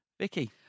vicky